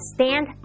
Stand